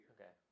Okay